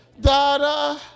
da-da